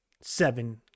seven